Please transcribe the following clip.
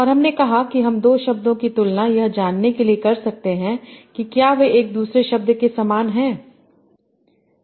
और हमने कहा कि हम दो शब्दों की तुलना यह जानने के लिए कर सकते हैं कि क्या वे एक दूसरे शब्द के समान हैं